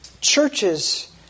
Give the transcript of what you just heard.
Churches